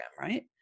right